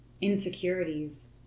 insecurities